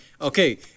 okay